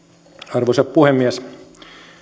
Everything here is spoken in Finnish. arvoisa puhemies